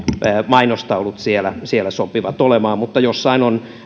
mainostaulut siellä siellä sopivat olemaan mutta jossain on